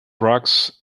rocks